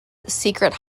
secret